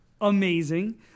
amazing